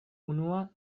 unua